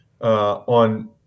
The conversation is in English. on